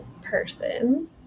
person